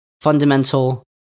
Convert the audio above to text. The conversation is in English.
fundamental